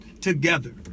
together